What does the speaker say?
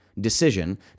decision